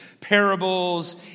parables